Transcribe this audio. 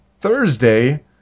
Thursday